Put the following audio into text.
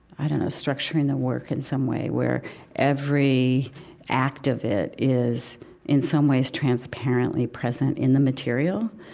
i don't know, structuring the work in some way, where every act of it is in some ways transparently present in the material.